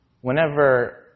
whenever